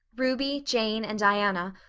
ruby, jane, and diana,